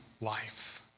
life